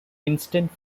instant